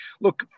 look